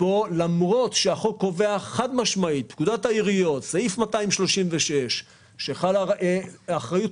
למרות שסעיף 236 בפקודת העיריות קובע שחלה אחריות